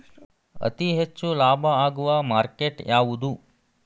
ಅತಿ ಹೆಚ್ಚು ಲಾಭ ಆಗುವ ಮಾರ್ಕೆಟ್ ಯಾವುದು?